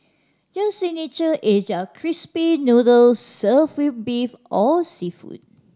their signature is their crispy noodles served with beef or seafood